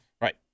right